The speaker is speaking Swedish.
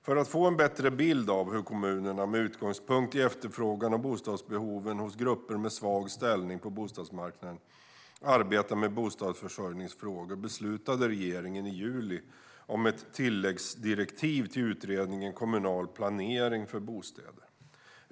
För att få en bättre bild av hur kommunerna, med utgångspunkt i efterfrågan och bostadsbehoven hos grupper med svag ställning på bostadsmarknaden, arbetar med bostadsförsörjningsfrågor beslutade regeringen i juli om ett tilläggsdirektiv till Utredningen om kommunal planering för bostäder.